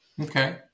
Okay